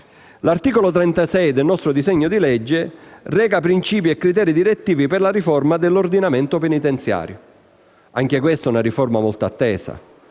L'articolo 36 del nostro disegno di legge reca «Principi e criteri direttivi per la riforma dell'ordinamento penitenziario». Anche questa è una riforma molto attesa;